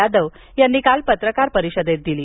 यादव यांनी काल पत्रकार परिषदेत दिली